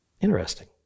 Interesting